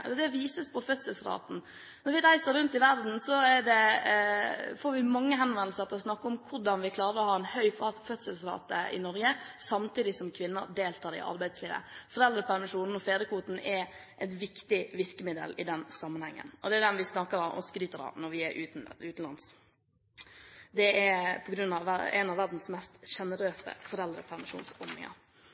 det vises på fødselsraten. Når vi reiser rundt i verden, får vi mange henvendelser om å snakke om hvordan vi klarer å ha en høy fødselsrate i Norge samtidig som kvinner deltar i arbeidslivet. Foreldrepermisjonen og fedrekvoten er et viktig virkemiddel i den sammenheng, og det er det vi snakker om og skryter av når vi er utenlands – en av verdens mest sjenerøse foreldrepermisjonsordninger. Det er de tradisjonelle oppfatninger av